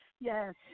Yes